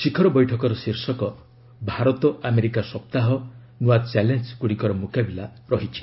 ଶିଖର ବୈଠକର ଶୀର୍ଷକ ଭାରତ ଆମେରିକା ସପ୍ତାହ ନୂଆ ଚ୍ୟାଲେଞ୍ଜଗୁଡ଼ିକର ମୁକାବିଲା ରହିଛି